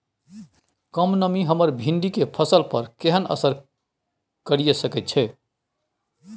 कम नमी हमर भिंडी के फसल पर केहन असर करिये सकेत छै?